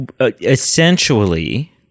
essentially